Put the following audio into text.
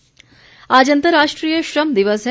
श्रम दिवस आज अंतर्राष्ट्रीय श्रम दिवस है